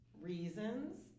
reasons